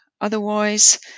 otherwise